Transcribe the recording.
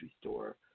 store